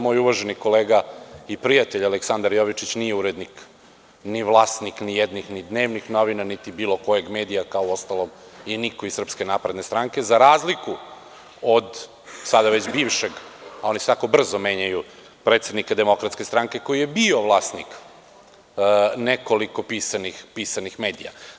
Moj uvaženi kolega i prijatelj, Aleksandar Jovičić nije urednik ni vlasnik nijednih, ni dnevnih novina, niti bilo kojeg medija, kao uostalom i niko iz SNS, za razliku od sada već bivšeg, a oni se tako brzo menjaju, predsednika DS koji je bio vlasnik nekoliko pisanih medija.